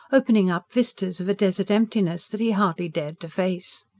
opening up vistas of a desert emptiness that he hardly dared to face.